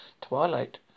twilight